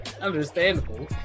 understandable